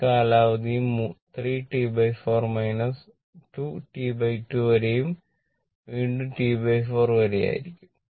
ഈ കാലാവധിയും 3 T4 T2 വീണ്ടും T4 ആയിരിക്കും